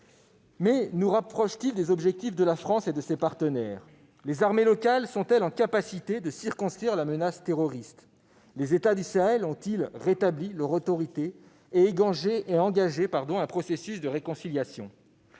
succès nous rapprochent-ils des objectifs de la France et de ses partenaires ? Les armées locales sont-elles en capacité de circonscrire la menace terroriste ? Les États du Sahel ont-ils rétabli leur autorité et engagé un processus de réconciliation ?